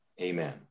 Amen